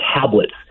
tablets